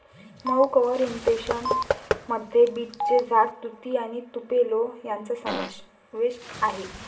मऊ cover impression मध्ये बीचचे झाड, तुती आणि तुपेलो यांचा समावेश आहे